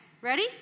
Ready